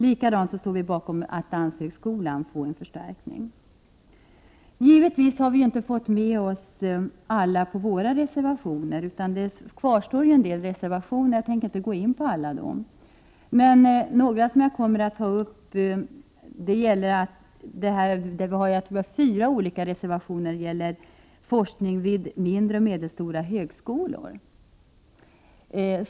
Vi står också bakom förslaget att danshögskolan skall få en förstärkning. Givetvis har vi inte fått med oss alla oppositionspartier på våra reservationer, utan en del andra reservationer kvarstår, och jag tänker inte gå in på dem. Jag tror att det finns fyra olika reservationer om forskning vid mindre och medelstora högskolor.